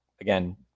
again